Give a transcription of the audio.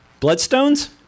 Bloodstones